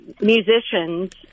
musicians